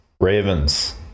Ravens